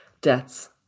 deaths